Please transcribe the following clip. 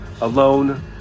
alone